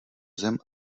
zem